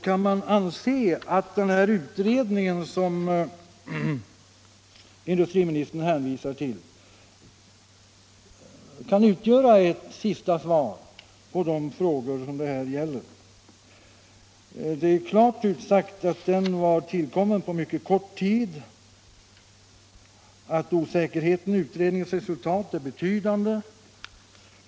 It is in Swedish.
Kan man anse att den utbyggning som industriministern hänvisade till utgör ett sista 153 svar på de frågor som det här gäller? Det är klart utsagt att den ut redningen tillkom efter mycket kort tid och att osäkerheten beträffande utredningens resultat är betydande.